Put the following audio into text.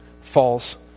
false